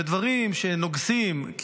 בדברים שנוגסים,